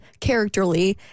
characterly